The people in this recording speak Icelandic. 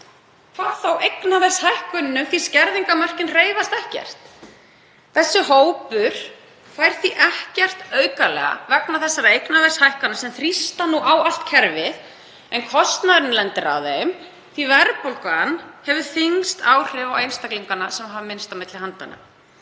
hvað þá eignaverðshækkun, því að skerðingarmörkin hreyfast ekkert. Þessi hópur fær því ekkert aukalega vegna þessara eignaverðshækkana sem þrýsta nú á allt kerfið en kostnaðurinn lendir á þeim, því að verðbólgan hefur þyngst áhrif á einstaklingana sem hafa minnst á milli handanna.